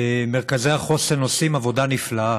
מרכזי החוסן עושים עבודה נפלאה.